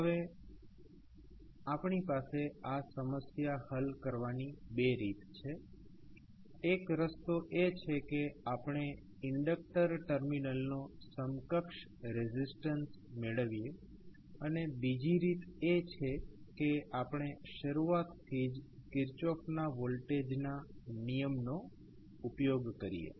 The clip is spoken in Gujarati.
હવે અહીં આપણી પાસે આ સમસ્યા હલ કરવાની બે રીત છે એક રસ્તો એ છે કે આપણે ઇન્ડક્ટર ટર્મિનલ નો સમકક્ષ રેઝિસ્ટન્સ મેળવીએ અને બીજી રીત એ છે કે આપણે શરૂઆતથી જ કિર્ચોફના વોલ્ટેજના નિયમ નો ઉપયોગ કરીએ